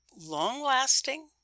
long-lasting